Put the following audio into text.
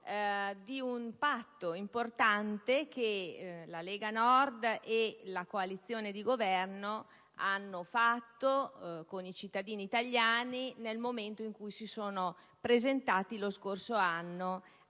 di un patto importante che la Lega Nord e la coalizione di Governo hanno fatto con i cittadini italiani nel momento in cui lo scorso anno